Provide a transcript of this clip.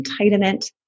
entitlement